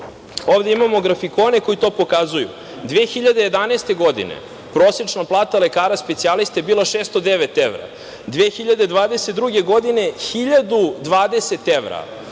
Ovde imamo grafikone koji to pokazuju. Godine 2011. prosečna plata lekara specijaliste bila je 609 evra, 2022. godine 1020 evra.